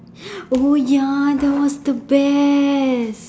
oh ya that was the best